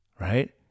right